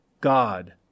God